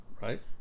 right